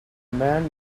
man